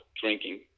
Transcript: drinking